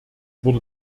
wurde